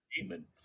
demon